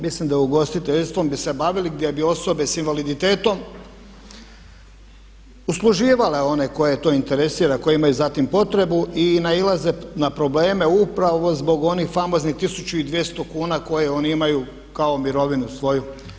Mislim da ugostiteljstvom bi se bavili gdje bi osobe sa invaliditetom usluživale one koje to interesira, koji imaju za tim potrebu i nailaze na probleme upravo zbog onih famoznih 1200 kuna koje oni imaju kao mirovinu svoju.